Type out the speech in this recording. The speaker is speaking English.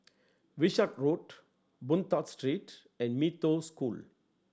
Wishart Road Boon Tat Street and Mee Toh School